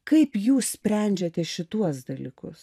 kaip jūs sprendžiate šituos dalykus